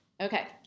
Okay